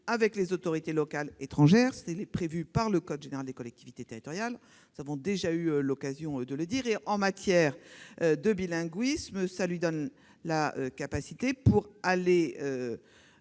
avec les autorités locales étrangères. C'est prévu par le code général des collectivités territoriales. Nous avons déjà eu l'occasion de le dire. En matière de bilinguisme, la Collectivité européenne